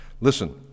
Listen